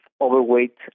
overweight